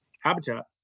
habitat